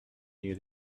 near